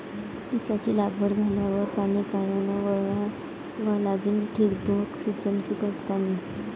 पिकाची लागवड झाल्यावर पाणी कायनं वळवा लागीन? ठिबक सिंचन की पट पाणी?